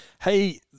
Hey